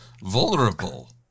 vulnerable